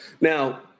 Now